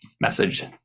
message